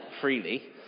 freely